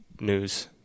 news